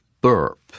burp